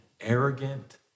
arrogant